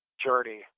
journey